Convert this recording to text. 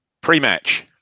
Pre-match